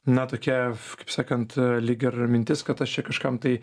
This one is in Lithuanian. na tokia kaip sakant lyg ir mintis kad aš čia kažkam tai